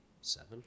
seven